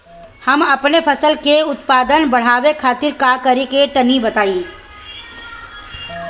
हम अपने फसल के उत्पादन बड़ावे खातिर का करी टनी बताई?